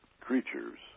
creatures